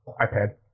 ipad